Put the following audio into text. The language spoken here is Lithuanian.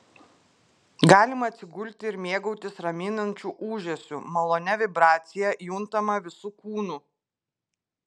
galima atsigulti ir mėgautis raminančiu ūžesiu malonia vibracija juntama visu kūnu